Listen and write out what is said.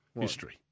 History